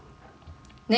ah